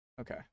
okay